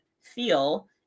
feel